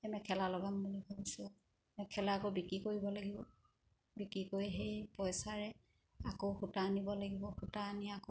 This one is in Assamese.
এই মেখেলা লগাম বুলি ভাবিছোঁ মেখেলা আকৌ বিক্ৰী কৰিব লাগিব বিক্ৰী কৰি সেই পইচাৰে আকৌ সূতা আনিব লাগিব সূতা আনি আকৌ